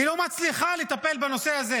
לא מצליחה לטפל בנושא הזה.